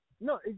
No